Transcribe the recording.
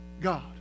God